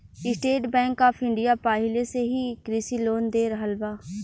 estate bank of India पाहिले से ही कृषि लोन दे रहल बा